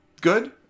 good